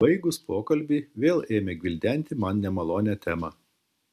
baigus pokalbį vėl ėmė gvildenti man nemalonią temą